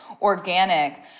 organic